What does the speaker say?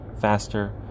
faster